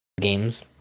games